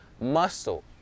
muscle